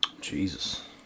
Jesus